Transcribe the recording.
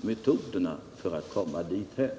Metoderna för att komma dithän må vi nogsamt diskutera.